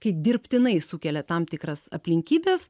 kai dirbtinai sukelia tam tikras aplinkybes